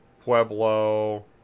Pueblo